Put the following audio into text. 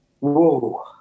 Whoa